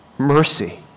mercy